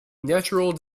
natural